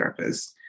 therapists